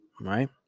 right